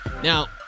Now